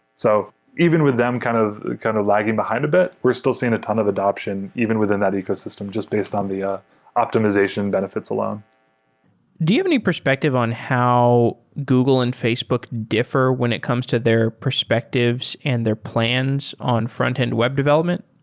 so even with them kind of kind of lagging behind a bit, we're still seen a ton of adaption even within that ecosystem just based on the ah optimization benefits alone do you have any perspective on how google and facebook differ when it comes to their perspectives and their plans on frontend web development?